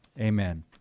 amen